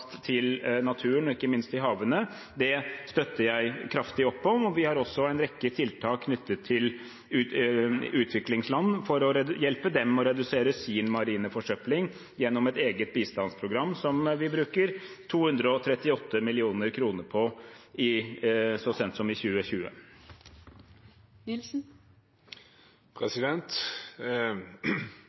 til naturen, og ikke minst til havet, støtter jeg kraftig opp om. Vi har også en rekke tiltak knyttet til utviklingsland for å hjelpe dem med å redusere sin marine forsøpling gjennom et eget bistandsprogram, som vi brukte 238 mill. kr på så sent som i 2020.